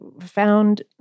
found